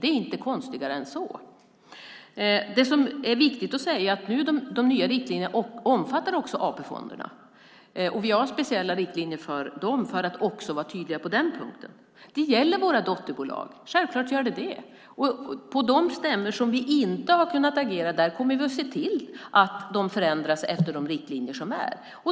Det är inte konstigare än så. Det som är viktigt att säga är att de nya riktlinjerna också omfattar AP-fonderna. Vi har speciella riktlinjer för dem för att också vara tydliga på den punkten. Detta gäller självklart våra dotterbolag. När det gäller de stämmor där vi inte har kunnat agera kommer vi att se till att det förändras efter de riktlinjer som är.